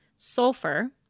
Sulfur